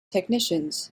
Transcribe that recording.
technicians